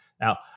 Now